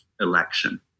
election